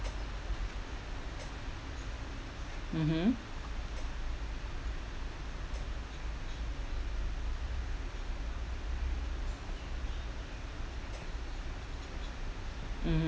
mmhmm mmhmm